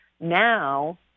now